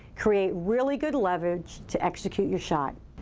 create really good leverage to execute your shot.